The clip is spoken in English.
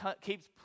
keeps